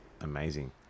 amazing